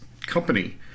company